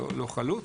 לא חלוט.